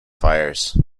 fires